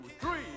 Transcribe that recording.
three